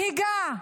ומנהיגה,